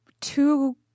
two